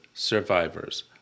Survivors